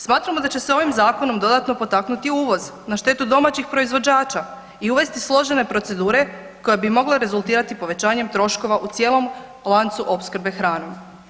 Smatramo da će se ovim zakonom dodatno potaknuti uvoz na štetu domaćih proizvođača i uvesti složene procedure koje bi mogle rezultirati povećanjem troškova u cijelom lancu opskrbe hranom.